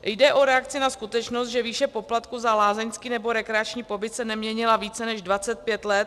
Jde o reakci na skutečnost, že výše poplatku za lázeňský nebo rekreační pobyt se neměnila více než 25 let.